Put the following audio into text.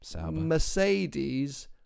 Mercedes